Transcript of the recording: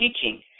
teaching